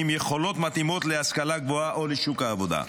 עם יכולות מתאימות להשכלה גבוהה או לשוק העבודה.